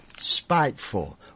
spiteful